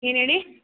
ಏನು ಹೇಳಿ